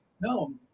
No